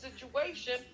situation